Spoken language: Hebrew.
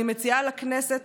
אני מציעה לכנסת